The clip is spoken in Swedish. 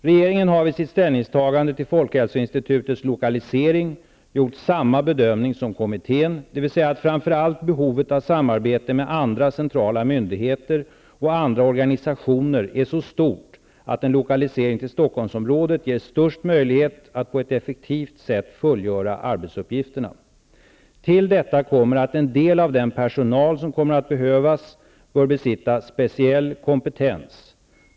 Regeringen har vid sitt ställningstagande beträffande folkhälsoinstitutets lokalisering gjort samma bedömning som kommittén, dvs. att framför allt behovet av samarbete med andra centrala myndigheter och andra organisationer är så stort att en lokalisering till Stockholmsområdet ger den största möjligheten att på ett effektivt sätt fullgöra arbetsuppgifterna. Till detta kommer att en del av den personal som kommer att behövas bör besitta speciell kompetens.